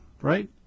right